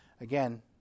Again